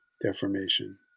deformation